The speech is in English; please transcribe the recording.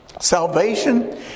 Salvation